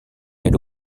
elle